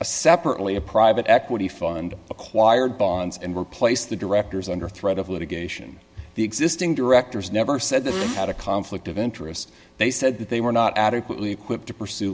a separately a private equity fund acquired bonds and replace the directors under threat of litigation the existing directors never said that they had a conflict of interest they said that they were not adequately equipped to pursue